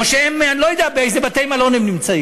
או שהם, אני לא יודע באיזה בתי-מלון הם נמצאים.